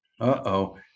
Uh-oh